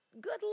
good